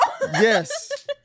Yes